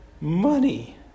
money